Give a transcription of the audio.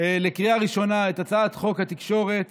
את הצעת חוק התקשורת